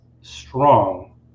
strong